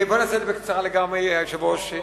זה חוק טוב.